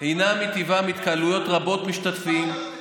הם מטיבם, התקהלויות רבות משתתפים,